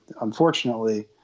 unfortunately